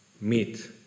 meet